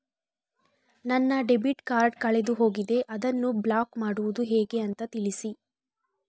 ನನ್ನ debit card ಕಳೆದು ಹೋಗಿದೆ, ಅದನ್ನು ಬ್ಲಾಕ್ ಮಾಡುವುದು ಹೇಗೆ ಅಂತ ತಿಳಿಸಿ?